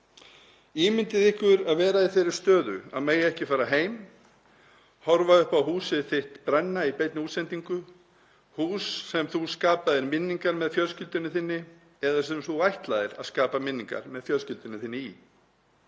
„Ímyndið ykkur að vera í þeirri stöðu að mega ekki fara heim. Horfa upp á húsið sitt brenna í beinni útsendingu, hús þar sem þú skapaðir minningar með fjölskyldunni þinni eða þar sem þú ætlaðir að skapa minningar með fjölskyldunni þinni.